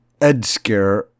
Edsker